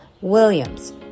Williams